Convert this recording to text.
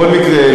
בכל מקרה,